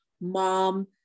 mom